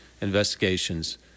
investigations